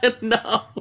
No